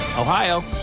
Ohio